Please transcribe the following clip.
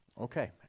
okay